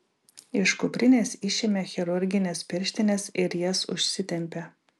iš kuprinės išėmė chirurgines pirštines ir jas užsitempė